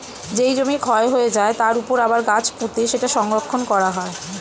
যেই জমি ক্ষয় হয়ে যায়, তার উপর আবার গাছ পুঁতে সেটা সংরক্ষণ করা হয়